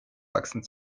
wachsen